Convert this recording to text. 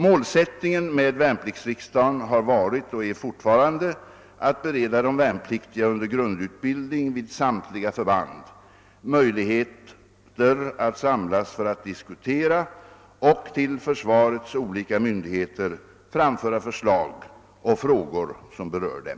Målsättningen med värnpliktsriksdagen har varit och är fortfarande att bereda de värnpliktiga under. grundutbildning vid samtliga förband möjligheter att samlas för. att diskutera och till försvarets olika myndigheter framföra förslag och frågor som berör: dem.